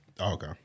Okay